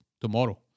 tomorrow